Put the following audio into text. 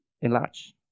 enlarge